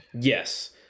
Yes